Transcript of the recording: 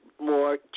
more